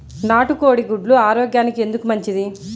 నాటు కోడి గుడ్లు ఆరోగ్యానికి ఎందుకు మంచిది?